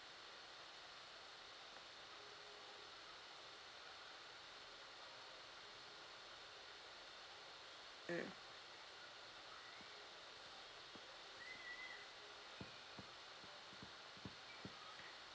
mm